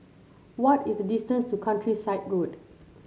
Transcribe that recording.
what is the distance to Countryside Road